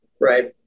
right